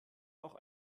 auch